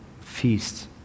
feast